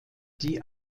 die